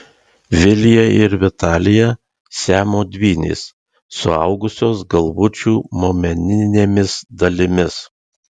vilija ir vitalija siamo dvynės suaugusios galvučių momeninėmis dalimis